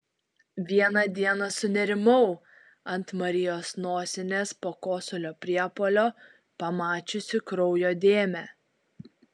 vieną dieną sunerimau ant marijos nosinės po kosulio priepuolio pamačiusi kraujo dėmę